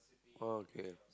okay